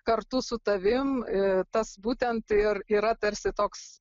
kartu su tavim ir tas būtent ir yra tarsi toks